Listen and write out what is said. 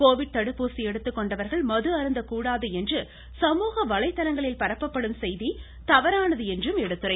Covid தடுப்பூசி எடுத்துக்கொண்டவர்கள் மது அருந்த கூடாது என்று சமூக வலைதளங்களில் பரப்பப்படும் செய்தி தவறானது என்றும் எடுத்துரைத்தார்